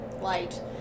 light